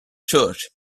church